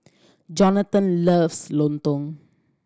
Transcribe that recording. Jonatan loves lontong